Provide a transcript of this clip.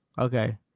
Okay